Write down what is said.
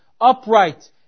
upright